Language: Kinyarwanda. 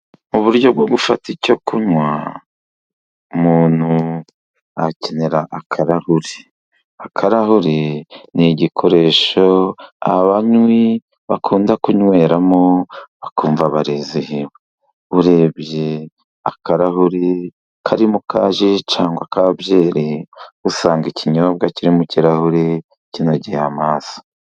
Mu buryo bwo gufata icyo kunywa, umuntu akenera akarahuri. Akarahuri ni igikoresho abanywi bakunda kunyweramo, bakumva barizihiwe. Urebye akarahuri karimo ka ji cyangwa ka byeri, usanga ikinyobwa kiri mu kirahure kinogeye amaso.